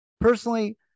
Personally